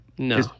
No